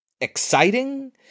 exciting